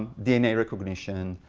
dna recognition,